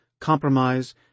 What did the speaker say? compromise